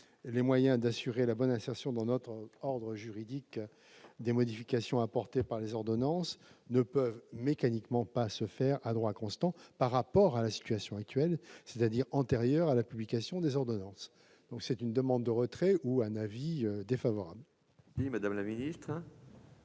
les moyens d'assurer la bonne insertion dans notre ordre juridique des modifications apportées par les ordonnances, ne peuvent mécaniquement pas se faire à droit constant par rapport à la situation actuelle, c'est-à-dire antérieure à la publication des ordonnances. Par conséquent, la commission demande le retrait